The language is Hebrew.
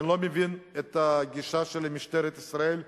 אני לא מבין את הגישה של משטרת ישראל,